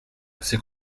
c’est